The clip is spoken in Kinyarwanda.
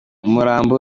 umurambo